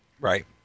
Right